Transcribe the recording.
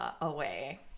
away